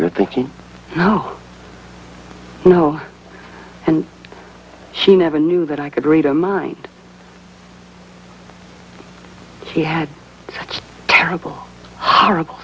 you're thinking oh you know and she never knew that i could read a mind she had such terrible horrible